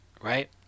right